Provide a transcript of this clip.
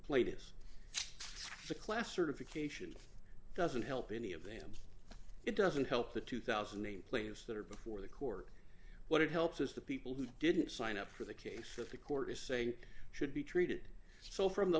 played as a class certification doesn't help any of them it doesn't help the two thousand name plaintiffs that are before the court what it helps is the people who didn't sign up for the case that the court is saying should be treated so from the